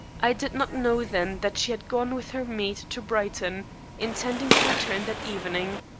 i did not know then that she had gone with her maid to brighton intending to return that evening.